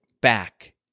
back